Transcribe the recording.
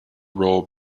role